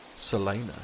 Selena